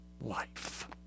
life